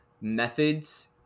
methods